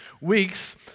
weeks